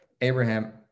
abraham